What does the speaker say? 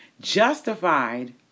justified